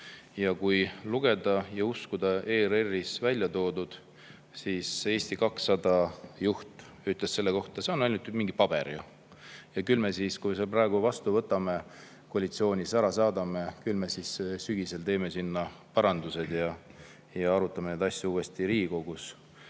Kui lugeda ja uskuda ERR-is välja toodut, siis Eesti 200 juht ütles selle kohta: see on ju ainult mingi paber. Ja kui me selle praegu vastu võtame, koalitsioonist ära saadame, küll me siis sügisel teeme sinna parandused ja arutame neid asju uuesti Riigikogus.